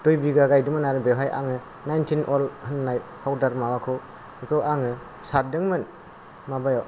दुइ बिगा गायदोंमोन आरो बेवहाय आङो नाइनतिन आल होननाय पाउडार माबाखौ बेखौ आङो सारदोंमोन माबायाव